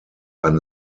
ein